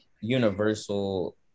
universal